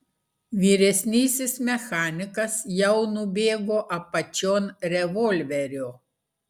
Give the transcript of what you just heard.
vyresnysis mechanikas jau nubėgo apačion revolverio